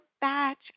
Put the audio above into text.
batch